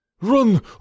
Run